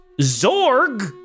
Zorg